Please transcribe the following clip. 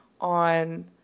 on